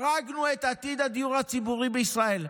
הרגנו את עתיד הדיור הציבורי בישראל.